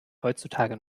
heutzutage